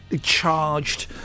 charged